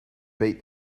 beat